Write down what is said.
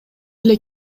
эле